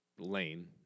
lane